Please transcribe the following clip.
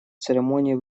церемонии